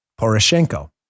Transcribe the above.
Poroshenko